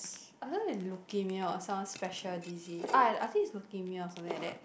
I don't know is leukemia or some special disease ah I think is leukemia or something like that